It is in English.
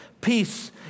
Peace